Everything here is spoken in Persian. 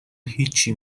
هیچی